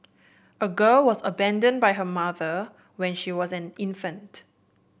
a girl was abandoned by her mother when she was an infant